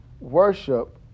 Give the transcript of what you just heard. worship